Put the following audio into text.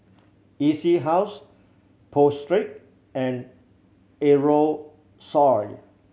E C House Pho Street and Aerosole